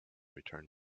return